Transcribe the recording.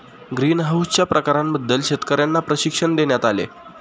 ग्रीनहाउसच्या प्रकारांबाबत शेतकर्यांना प्रशिक्षण देण्यात आले